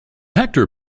hector